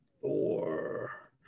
four